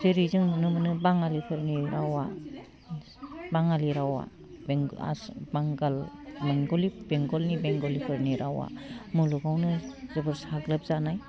जेरै जों नुनो मोनो बाङालिफोरनि रावा बाङालि रावा बे बांगाल बेंगलि बेंगलनि बेंगलिफोरनि रावा मुलुगावनो जोबोर साग्लोब जानाय